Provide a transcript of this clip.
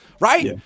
right